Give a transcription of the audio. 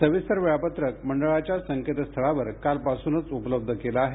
सविस्तर वेळापत्रक मंडळाच्या संकेतस्थळावर कालपासूनच उपलब्ध केलं आहे